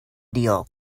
deal